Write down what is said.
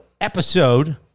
episode